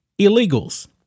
illegals